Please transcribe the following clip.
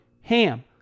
HAM